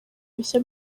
bishya